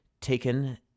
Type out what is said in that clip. taken